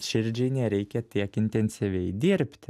širdžiai nereikia tiek intensyviai dirbti